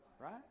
Right